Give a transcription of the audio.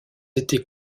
été